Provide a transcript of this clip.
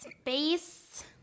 space